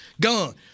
gone